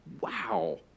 wow